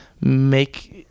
make